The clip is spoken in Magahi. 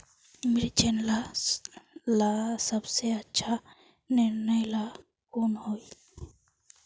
मिर्चन ला सबसे अच्छा निर्णय ला कुन होई?